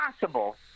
possible